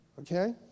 Okay